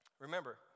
remember